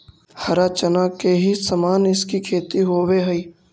हरा चना के ही समान इसकी खेती होवे हई